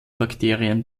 bakterien